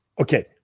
Okay